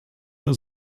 eine